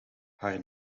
haar